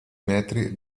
metri